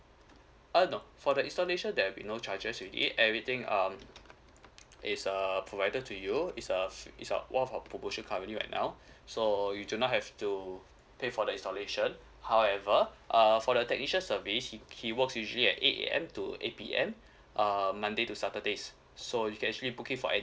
uh no for the installation there'll be no charges with it everything um it's uh provided to you it's uh it's uh one of our promotion currently right now so you do not have to pay for the installation however uh for the technician service he he works usually at eight A_M to eight P_M um monday to saturdays so you can actually booking for any